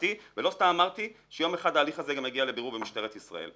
משפטי ולא סתם אמרתי שיום אחד ההליך הזה גם יגיע לבירור במשטרת ישראל.